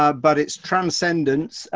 ah but it's transcendence,